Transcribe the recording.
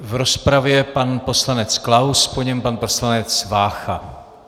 V rozpravě pan poslanec Klaus, po něm pan poslanec Vácha.